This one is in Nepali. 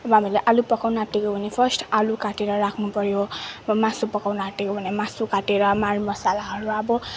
अब हामीले आलु पकाउन आँटेको हो भने फर्स्ट आलु काटेर राख्नु पऱ्यो मासु पकाउन आँटेको हो भने मासु काटेर मरमसलाहरू अब